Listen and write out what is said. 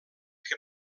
que